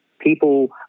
people